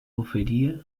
oferia